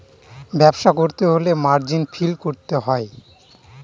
ব্যবসা করতে হলে মার্জিন ফিল করতে হয়